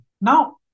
Now